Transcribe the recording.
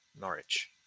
Norwich